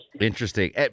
Interesting